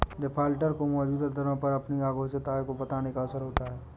defaulter को मौजूदा दरों पर अपनी अघोषित आय को बताने का अवसर होता है